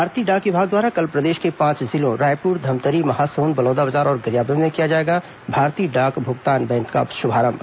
भारतीय डाक विभाग द्वारा कल प्रदेश के पांच जिलों रायपुर धमतरी महासमुंद बलौदाबाजार और गरियाबंद में किया जाएगा भारतीय डाक भुगतान बैंक का शुभारंभ